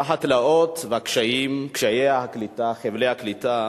והתלאות והקשיים, קשיי הקליטה, חבלי הקליטה,